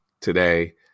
Today